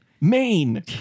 Maine